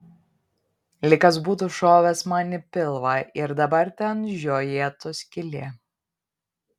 lyg kas būtų šovęs man į pilvą ir dabar ten žiojėtų skylė